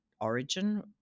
Origin